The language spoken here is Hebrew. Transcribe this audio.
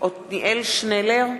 עתניאל שנלר,